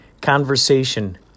conversation